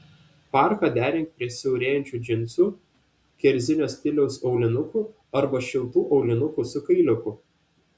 parką derink prie siaurėjančių džinsų kerzinio stiliaus aulinukų arba šiltų aulinukų su kailiuku